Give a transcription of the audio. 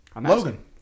Logan